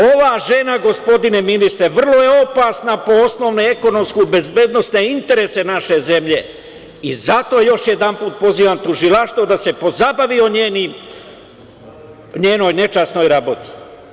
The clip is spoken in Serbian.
Ova žena, gospodine ministre, vrlo je opasna po osnovne ekonomsko-bezbednosne interese naše zemlje i zato još jedanput pozivam Tužilaštvo da se pozabavi njenom nečasnom rabotom.